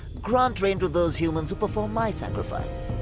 grant rain to those humans who perform my sacrifice.